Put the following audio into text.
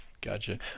Gotcha